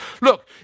look